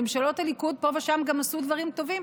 בממשלות הליכוד פה ושם גם עשו דברים טובים,